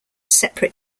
separate